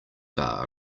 bar